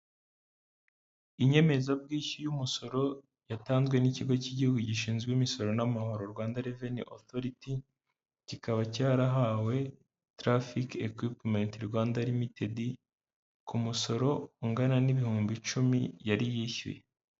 Inyemezabwishyu y'umusoro yatanzwe n'ikigo cy'igihugu gishinzwe imisoro n'amahoro Rwanda reveni otoriti, kikaba cyarahawe Tarafiki ekwipumenti Rwanda rimitedi ku musoro ungana n'ibihumbi icumi yari yishyuye.